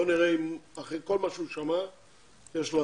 בוא נראה אם אחרי כל מה שהוא שמע יש לו